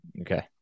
Okay